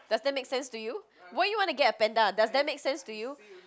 does that make sense to you why you want to get a panda does that make sense to you